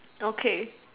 okay